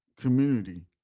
community